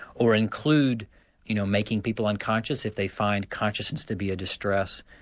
or include you know making people unconscious if they find consciousness to be a distress,